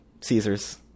Caesar's